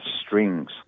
strings